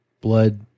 blood